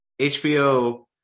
HBO